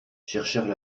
cherchèrent